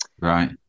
Right